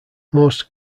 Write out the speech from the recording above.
most